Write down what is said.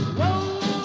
whoa